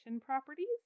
properties